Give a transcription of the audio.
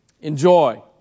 enjoy